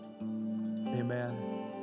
amen